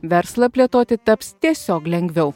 verslą plėtoti taps tiesiog lengviau